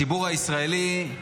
הציבור הישראלי,